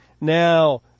Now